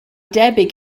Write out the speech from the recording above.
debyg